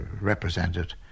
represented